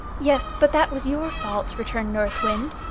yes, but that was your fault, returned north wind.